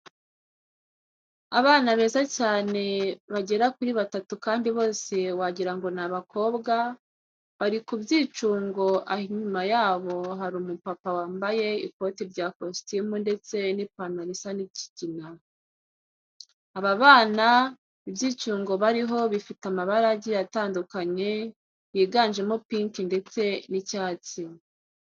Abana beza cyane bagera kuri batatu kandi bose wagira ngo ni abakobwa, bari ku byicungo aho inyuma yabo hari umupapa wambaye ikote rya kositimu ndetse n'ipantaro isa nk'ikigina. Aba bana ibyicungo bariho bifite amabara agiye atandukanye yiganjemo pinki ndetse n'icyatsi.